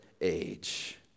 age